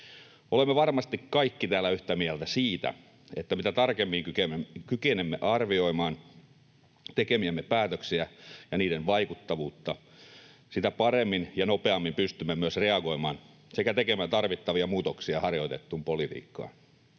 Olemme varmasti kaikki täällä yhtä mieltä siitä, että mitä tarkemmin kykenemme arvioimaan tekemiämme päätöksiä ja niiden vaikuttavuutta, sitä paremmin ja nopeammin pystymme myös reagoimaan sekä tekemään tarvittavia muutoksia harjoitettuun politiikkaan.